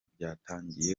byatangiye